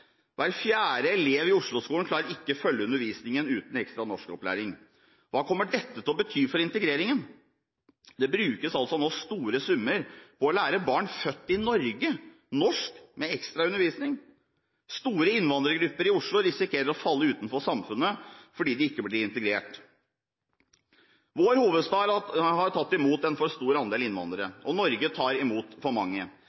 Hver fjerde elev i Oslo-skolen klarer ikke å følge undervisningen uten ekstra norskopplæring. Hva kommer dette til å bety for integreringen? Det brukes nå store summer på ekstraundervisning for å lære barn født i Norge norsk. Store innvandrergrupper i Oslo risikerer å falle utenfor samfunnet fordi de ikke blir integrert. Vår hovedstad har tatt imot en for stor andel